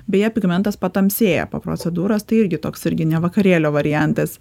beje pigmentas patamsėja po procedūros tai irgi toks irgi ne vakarėlio variantas